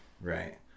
Right